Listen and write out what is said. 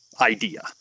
idea